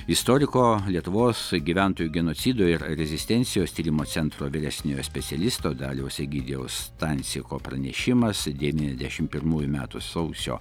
istoriko lietuvos gyventojų genocido ir rezistencijos tyrimo centro vyresniojo specialisto daliaus egidijaus stanciko pranešimas devyniasdešim pirmųjų metų sausio